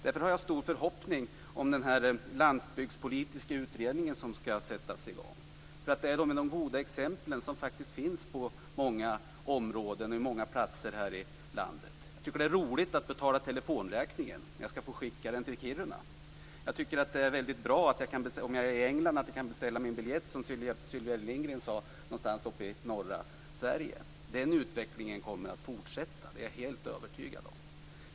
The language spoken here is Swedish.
Därför hyser jag stora förhoppningar om den här landsbygdspolitiska utredningen som skall påbörja sitt arbete. Det finns faktiskt många goda exempel på många områden och på många platser här i landet. Jag tycker att det är roligt att betala telefonräkningen, och jag skall få skicka den till Kiruna. Jag tycker att det är väldigt bra att jag, om jag är i England, kan beställa min biljett någonstans uppe i norra Sverige, vilket Sylvia Lindgren talade om. Den utvecklingen kommer att fortsätta, det är jag helt övertygad om.